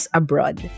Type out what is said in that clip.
abroad